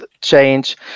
change